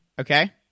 Okay